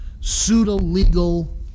pseudo-legal